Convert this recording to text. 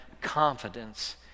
confidence